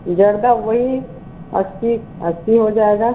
जर्दा वही अस्सी अस्सी हो जाएगा